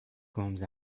komz